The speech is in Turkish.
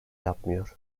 yapmıyor